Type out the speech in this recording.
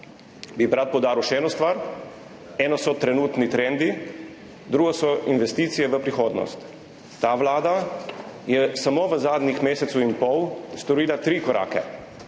Bi pa rad poudaril še eno stvar. Eno so trenutni trendi, drugo so investicije v prihodnost. Ta vlada je samo v zadnjem mesecu in pol storila tri zelo